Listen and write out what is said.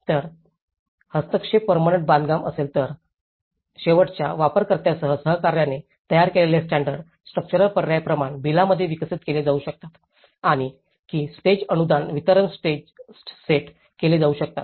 जर हस्तक्षेप पर्मनंट बांधकाम असेल तर शेवटच्या वापरकर्त्यांसह सहकार्याने तयार केलेले स्टॅंडर्ड स्ट्रक्चरल पर्याय प्रमाण बिलामध्ये विकसित केले जाऊ शकतात आणि की स्टेज अनुदान वितरण सेट केले जाऊ शकतात